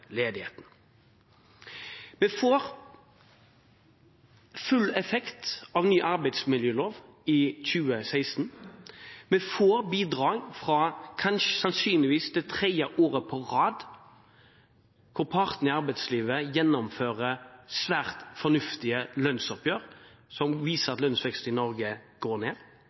ledigheten. Vi får full effekt av ny arbeidsmiljølov i 2016. Sannsynligvis er det tredje året på rad der partene i arbeidslivet gjennomfører svært fornuftige lønnsoppgjør – som viser at lønnsveksten i Norge går ned.